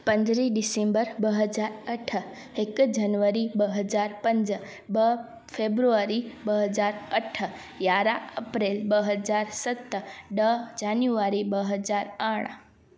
पंद्रहं दिसंबर ॿ हज़ार अठ हिकु जनवरी ॿ हज़ार पंज ॿ फेब्रुअरी ॿ हज़ार अठ यारहं अप्रैल ॿ हजार सत ॾह जन्युअरी ॿ हज़ार अरिड़ह